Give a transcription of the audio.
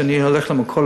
כי כשמסתבר להם שמנכים,